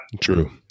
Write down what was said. True